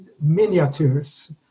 miniatures